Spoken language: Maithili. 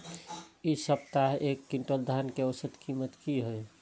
इ सप्ताह एक क्विंटल धान के औसत कीमत की हय?